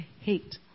hate